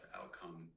outcome